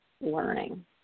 learning